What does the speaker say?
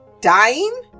dying